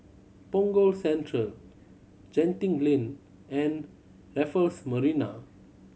Punggol Central Genting Lane and Raffles Marina